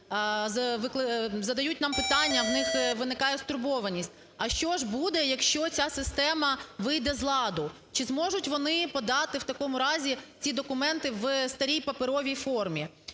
задають нам питання, у них виникає стурбованість: а що ж буде, якщо ця система вийде з ладу, чи зможуть вони подати ці документи у старій паперовій формі?